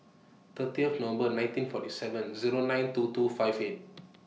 thirtieth November nineteen forty seven Zero nine two two five eight